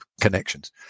connections